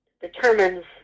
determines